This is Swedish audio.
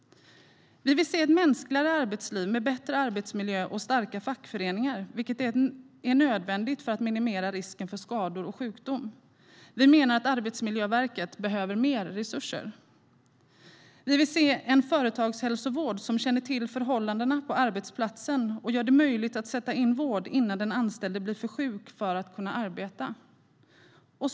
Vi vill se ett mänskligare arbetsliv med bättre arbetsmiljö och starka fackföreningar, vilket är nödvändigt för att minimera risken för skador och sjukdom. Vi menar att Arbetsmiljöverket behöver mer resurser. Vi vill se en företagshälsovård som känner till förhållandena på arbetsplatsen och gör det möjligt att sätta in vård innan den anställde blir för sjuk för att kunna arbeta.